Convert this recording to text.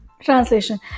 Translation